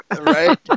Right